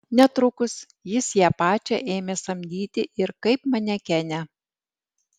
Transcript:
netrukus jis ją pačią ėmė samdyti ir kaip manekenę